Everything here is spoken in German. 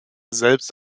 selbst